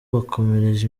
bakomereje